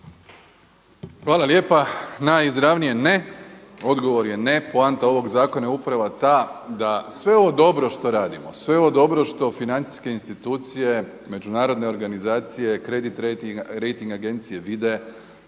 Hvala lijepa. Najizravnije ne, odgovor je ne. Poanta ovog zakona je upravo ta da sve ovo što radimo, sve ovo dobro što financijske institucije, međunarodne organizacije, rejting agencije vide